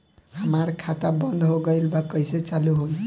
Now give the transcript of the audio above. हमार खाता बंद हो गइल बा कइसे चालू होई?